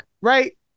Right